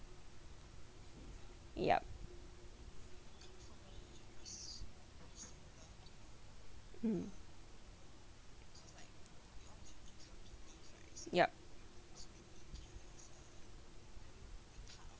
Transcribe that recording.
yup hmm yup